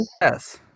Yes